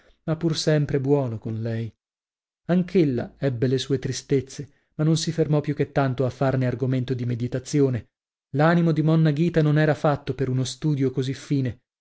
ma pur sempre buono con lei anch'ella ebbe le sue tristezze ma non si fermò più che tanto a farne argomento di meditazione l'animo di monna ghita non era fatto per uno studio così fine